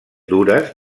dures